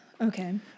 Okay